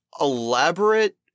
elaborate